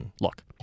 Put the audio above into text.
Look